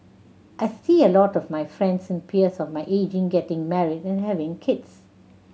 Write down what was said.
I see a lot of my friends and peers of my age getting married and having kids